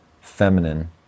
Feminine